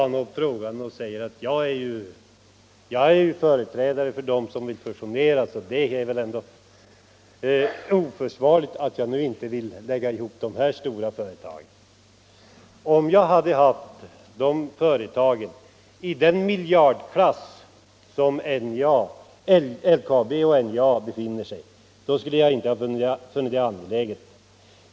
Han säger sedan att jag ju är företrädare för dem som vill fusionera, och det är väl ändå oförsvarligt att jag nu inte vill lägga ihop de här stora företagen. Om jag hade haft företag i den miljardklass där NJA och LKAB befinner sig, skulle jag inte ha funnit det angeläget.